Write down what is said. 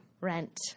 Rent